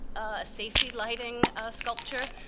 a safety lighting sculpture,